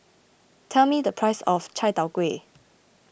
tell me the price of Chai Tow Kuay